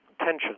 tension